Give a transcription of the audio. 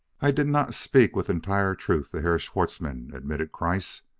i did not speak with entire truth to herr schwartzmann, admitted kreiss,